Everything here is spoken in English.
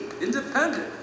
Independent